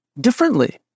differently